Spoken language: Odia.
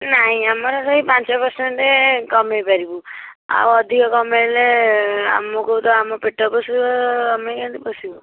ନାଇଁ ଆମର ସେଇ ପାଞ୍ଚ ପରସେଣ୍ଟ କମାଇପାରିବୁ ଆଉ ଅଧିକ କମାଇଲେ ଆମକୁ ତ ଆମ ପେଟ ପୋଷିବ ଆମେ କେମିତି ପୋଷିବୁ